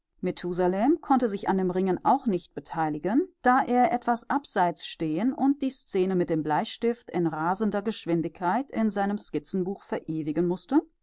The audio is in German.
methusalem konnte sich an dem ringen auch nicht beteiligen da er etwas abseits stehen und die szene mit dem bleistift in rasender geschwindigkeit in seinem skizzenbuch verewigen mußte